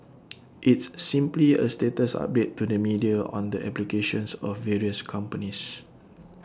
it's simply A status update to the media on the applications of various companies